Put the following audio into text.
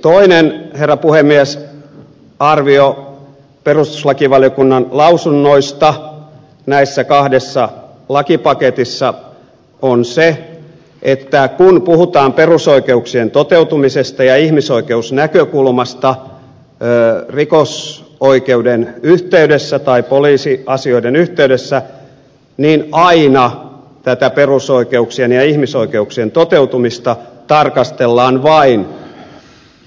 toinen arvio herra puhemies perustuslakivaliokunnan lausunnoista näissä kahdessa lakipaketissa on se että kun puhutaan perusoikeuksien toteutumisesta ja ihmisoikeusnäkökulmasta rikosoikeuden yhteydessä tai poliisiasioiden yh teydessä niin aina tätä perusoikeuksien ja ihmisoikeuksien toteutumista tarkastellaan vain